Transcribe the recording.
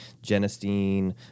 genistein